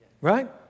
Right